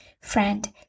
friend